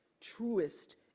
truest